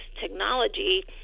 technology